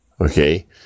okay